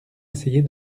essayer